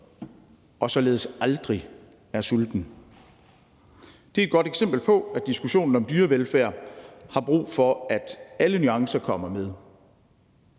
og således aldrig er sulten. Det er et godt eksempel på, at diskussionen om dyrevelfærd har brug for, at alle nuancer kommer med,